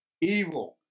evil